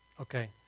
Okay